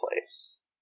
place